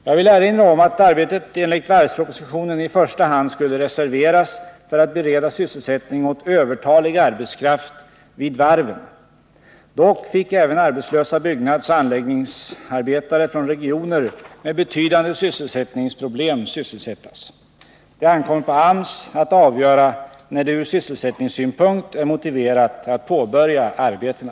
Jag vill erinra om att arbetet enligt varvspropositionen i första hand skulle reserveras för att bereda sysselsättning åt övertalig arbetskraft vid varven. Dock fick även arbetslösa byggnadsoch anläggningsarbetare från regioner med betydande sysselsättningsproblem sysselsättas. Det ankommer på AMS att avgöra när det från sysselsättningssynpunkt är motiverat att påvörja arbetena.